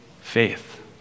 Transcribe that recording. faith